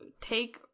take